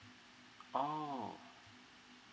oh